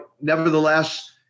nevertheless